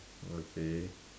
okay